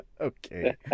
okay